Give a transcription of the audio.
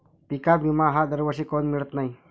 पिका विमा हा दरवर्षी काऊन मिळत न्हाई?